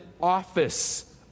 office